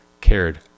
cared